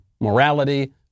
morality